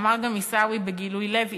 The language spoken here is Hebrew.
אמר גם עיסאווי בגילוי לב,